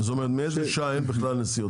מאיזו שעה אין בכלל נסיעות?